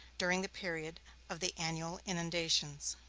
during the period of the annual inundations.